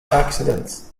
accidents